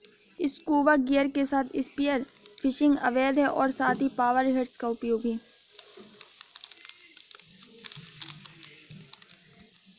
scuba gear के साथ spear fishing अवैध है और साथ ही पावर हेड्स का उपयोग भी